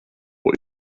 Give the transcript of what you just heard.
boy